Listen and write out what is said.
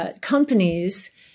Companies